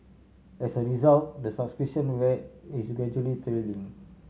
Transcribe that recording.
as a result the subscription rate is gradually trailing